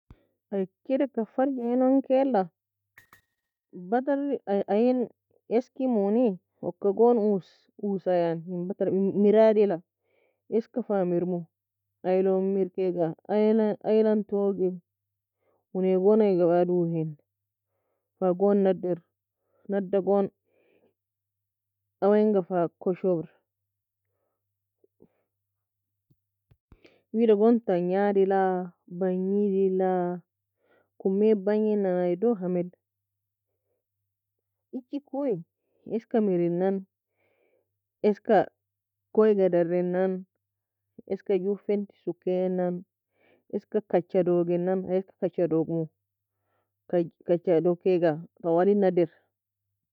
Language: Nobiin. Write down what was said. Ayi kedeka farja en kaila batar ayin eskimoni okagon usa yani miradi la eska fa mirmu ayilon mirkega ayilan togie ownae gon aiga duhin fa gon nadir nuda goon oyei anga fa koshobr wida gon tangadila bangid la kome bangi nana ayie doha mel echi koi eski merenan eski koyie ga dogenan eski go fenty ga sukenan eski kagg a dogena eski kagg a doagmo kag a dogkega tawli nader